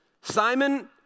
Simon